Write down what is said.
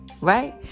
right